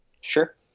Sure